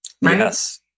Yes